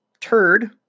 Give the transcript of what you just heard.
turd